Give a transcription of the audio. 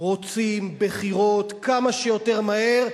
רוצים בחירות כמה שיותר מהר,